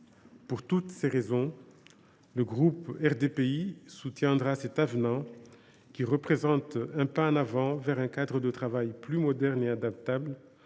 Pour toutes ces raisons, le groupe RDPI soutiendra cet avenant, qui représente une avancée vers un cadre de travail plus moderne et adaptable,